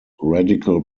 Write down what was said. radical